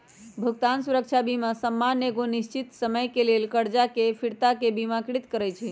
भुगतान सुरक्षा बीमा सामान्य एगो निश्चित समय के लेल करजा के फिरताके बिमाकृत करइ छइ